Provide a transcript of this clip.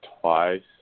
twice